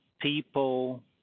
people